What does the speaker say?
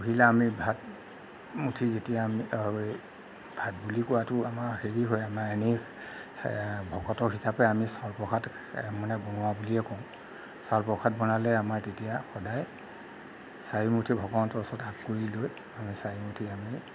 পহিলা আমি ভাতমুঠি যেতিয়া আমি ভাত বুলি কোৱাটো আমাৰ হেৰি হয় আমাৰ এনেই এ ভকতৰ হিচাপে আমি চাউল প্ৰসাদ মানে বনোৱা বুলিয়ে কওঁ চাউল প্ৰসাদ বনালে আমাৰ তেতিয়া সদায় চাৰিমুঠি ভগৱন্তৰ ওচৰত আগ কৰি লৈ আমি চাৰিমুঠি আমি